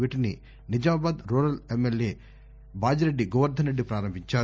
వీటిని Nizamabad rural MLA Bajireddy Govardhan Reddy పారంభించారు